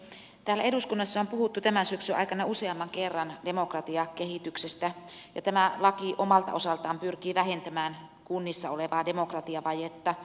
täällä eduskunnassa on puhuttu tämän syksyn aikana useamman kerran demokratiakehityksestä ja tämä laki omalta osaltaan pyrkii vähentämään kunnissa olevaa demokratiavajetta